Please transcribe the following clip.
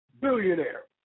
billionaire